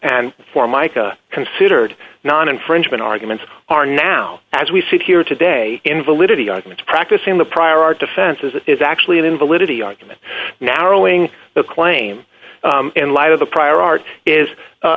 and formica considered non infringement arguments are now as we sit here today invalidity arguments practicing the prior art defenses it is actually an invalidity argument now rowing the claim in light of the prior art is